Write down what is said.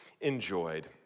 enjoyed